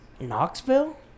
Knoxville